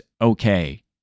okay